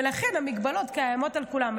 ולכן המגבלות קיימות על כולם.